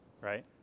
right